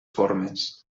formes